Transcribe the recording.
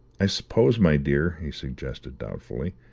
i suppose, my dear, he suggested doubtfully,